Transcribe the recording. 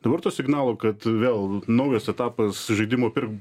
dabar to signalo kad vėl naujas etapas žaidimo pirk